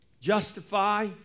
justify